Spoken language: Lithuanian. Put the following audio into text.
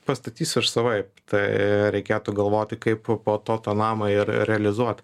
pastatysiu aš savaip tai reikėtų galvoti kaip po to tą namą ir realizuot